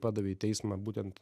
padavė į teismą būtent